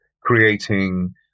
creating